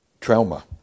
trauma